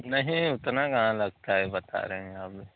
नहीं उतना कहाँ लगता है बता रहे हैं अब